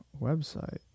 website